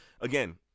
again